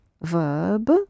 verb